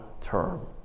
term